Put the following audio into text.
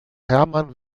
hermann